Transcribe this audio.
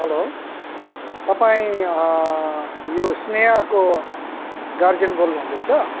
hello तपाईँ यो स्नेहको गार्जेन बोल्नु हुँदैछ